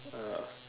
ya